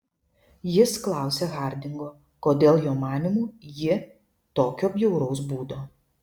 jis klausia hardingo kodėl jo manymu ji tokio bjauraus būdo